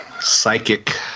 psychic